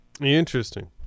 Interesting